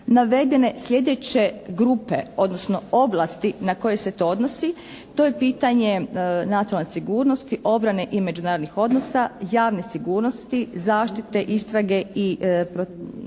navedene sljedeće grupe, odnosno ovlasti na koje se to odnosi. To je pitanje nacionalne sigurnosti, obrane i međunarodnih odnosa, javne sigurnosti, zaštite, istrage i procesuiranja